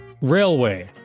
Railway